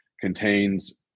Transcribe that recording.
contains